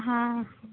हां